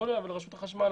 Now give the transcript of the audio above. אבל רשות החשמל,